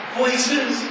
voices